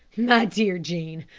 dear jean,